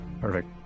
Perfect